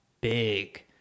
big